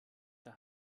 der